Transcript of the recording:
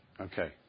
Okay